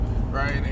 right